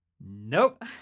nope